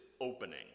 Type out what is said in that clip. opening